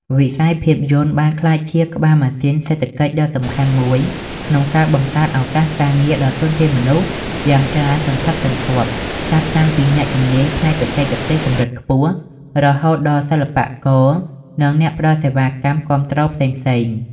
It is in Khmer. វិស័យភាពយន្តបានក្លាយជាក្បាលម៉ាស៊ីនសេដ្ឋកិច្ចដ៏សំខាន់មួយក្នុងការបង្កើតឱកាសការងារដល់ធនធានមនុស្សយ៉ាងច្រើនសន្ធឹកសន្ធាប់ ចាប់តាំងពីអ្នកជំនាញផ្នែកបច្ចេកទេសកម្រិតខ្ពស់ រហូតដល់សិល្បករ និងអ្នកផ្ដល់សេវាកម្មគាំទ្រផ្សេងៗ។